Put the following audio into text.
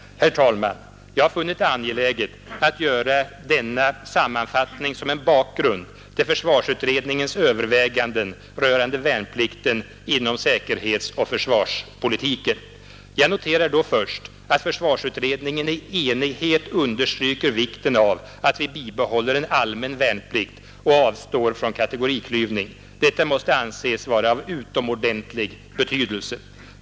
Herr talman! Jag har funnit det angeläget att göra denna sammanfattning som en bakgrund till försvarsutredningens överväganden rörande värnplikten inom säkerhetsoch försvarspolitiken. Jag noterar då först att försvarsutredningen i enighet understryker vikten av att vi bibehåller en allmän värnplikt och avstår från kategoriklyvning. Detta måste anses vara av utomordentlig betydelse.